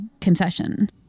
concession